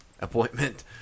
appointment